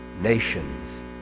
nations